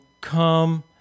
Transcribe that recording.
come